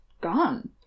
gone